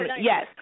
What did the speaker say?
Yes